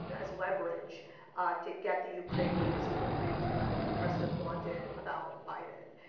as leverage to get the ukrainians to agree to what the president wanted about biden.